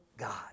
God